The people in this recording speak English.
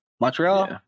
Montreal